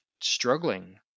struggling